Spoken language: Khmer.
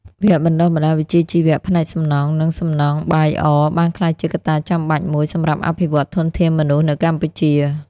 វគ្គបណ្តុះបណ្តាលវិជ្ជាជីវៈផ្នែកសំណង់ និងសំណង់បាយអរ បានក្លាយជាកត្តាចាំបាច់មួយសម្រាប់អភិវឌ្ឍធនធានមនុស្សនៅកម្ពុជា។